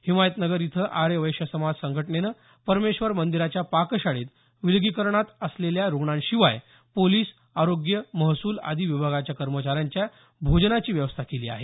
हिमायतनगर इथं आर्य वैश्य समाज संघटनेनं परमेश्वर मंदिराच्या पाकशाळेत विलगीकरणात असलेल्या रूग्णांशिवाय पोलिस आरोग्य महसूल आदी विभागाच्या कर्मचाऱ्यांच्या भोजनाची व्यवस्था केली आहे